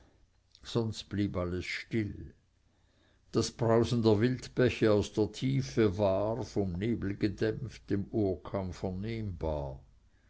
sonst blieb alles still das brausen der wildbäche aus der tiefe war vom nebel gedämpft dem ohre kaum